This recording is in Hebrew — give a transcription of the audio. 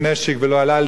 ולא עלה על דעתם,